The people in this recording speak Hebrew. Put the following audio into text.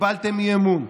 הגבלתם אי-אמון,